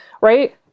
right